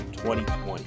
2020